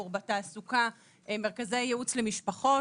ואז עלתה הטענה לנושא הוועדות,